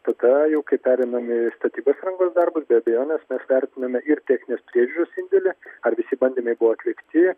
tada jau kai pereiname į statybos rangos darbus be abejonės mes vertiname ir techninės priežiūros indėlį ar visi bandymai buvo atlikti